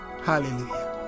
Hallelujah